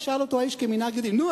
שאל אותו האיש כמנהג היהודים: נו,